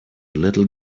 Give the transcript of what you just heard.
little